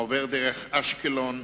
עובר דרך אשקלון,